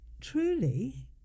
truly